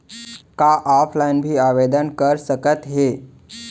का ऑफलाइन भी आवदेन कर सकत हे?